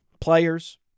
players